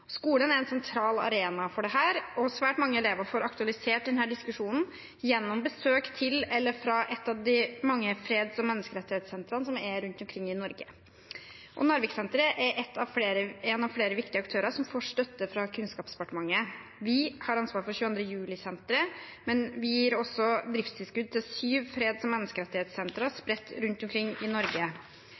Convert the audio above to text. Skolen er en sentral arena for dette, og svært mange elever får aktualisert denne diskusjonen gjennom besøk til – eller fra – et av de mange freds- og menneskerettighetssentrene som er rundt omkring i Norge. Narviksenteret er en av flere viktige aktører som får støtte fra Kunnskapsdepartementet. Vi har ansvar for 22. juli-senteret, men vi gir også driftstilskudd til sju freds- og menneskerettighetssentre spredt rundt omkring i Norge.